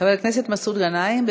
חבר הכנסת מסעוד גנאים,